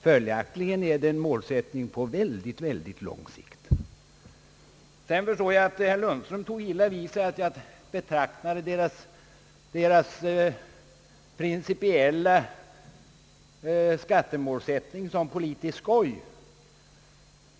Följaktligen är mittenpartiernas motion inte en målsättning utan ett prov utan värde. Jag förstår att herr Lundström tog illa vid sig av att jag betraktade folkpartiets principiella skattemålsättning som politiskt skoj.